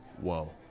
Whoa